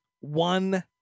one